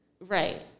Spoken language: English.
right